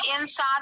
inside